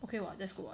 okay [what] that's good [what]